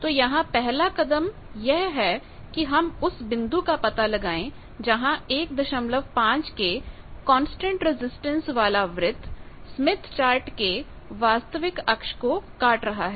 तो यहां पहला कदम यह है कि हम उस बिंदु का पता लगाएं जहां 15के कांस्टेंट रजिस्टेंस वाला वृत्त स्मिथ चार्ट के वास्तविक अक्ष को काट रहा है